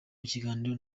kiganiro